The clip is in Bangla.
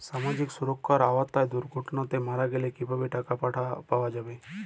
সামাজিক সুরক্ষার আওতায় দুর্ঘটনাতে মারা গেলে কিভাবে টাকা পাওয়া যাবে?